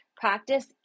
practice